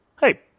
Hey